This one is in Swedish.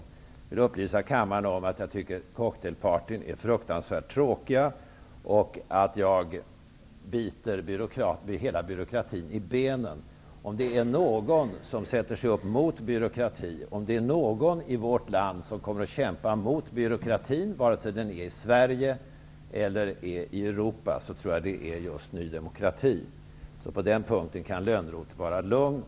Jag vill upplysa kammaren om att jag tycker att cocktailpartyn är fruktansvärt tråkiga och att jag biter hela byråkratin i benen. Om det är någon som sätter sig upp mot byråkratin, och om det är någon i vårt land som kommer att kämpa mot byråkratin vare sig den är i Sverige eller i Europa, så tror jag att det är just Ny demokrati. På den punkten kan alltså Johan Lönnroth vara lugn.